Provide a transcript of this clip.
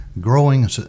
Growing